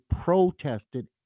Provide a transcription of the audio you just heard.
protested